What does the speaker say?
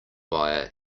via